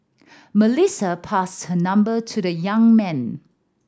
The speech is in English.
Melissa passed her number to the young man